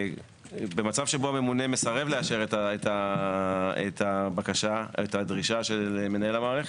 במצב שבו הממונה מסרב לאשר את הדרישה של מנהל המערכת,